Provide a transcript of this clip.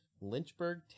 Lynchburg